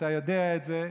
ואתה יודע את זה,